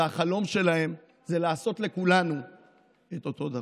והחלום שלהם זה לעשות לכולנו את אותו דבר.